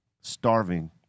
starving